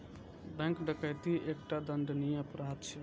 bank डकैती एकटा दंडनीय अपराध छियै